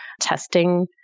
testing